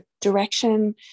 direction